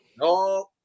No